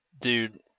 Dude